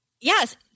Yes